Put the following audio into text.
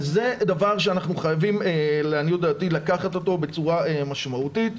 וזה דבר שאנחנו חייבים לעניות דעתי לקחת אותו בצורה משמעותית.